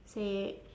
say